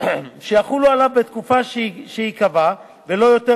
שיחולו עליו בתקופה שיקבע ולא יותר